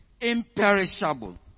imperishable